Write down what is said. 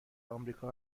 آمریکا